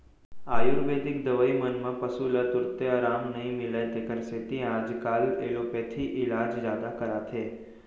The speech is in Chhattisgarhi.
आयुरबेदिक दवई मन म पसु ल तुरते अराम नई मिलय तेकर सेती आजकाल एलोपैथी इलाज जादा कराथें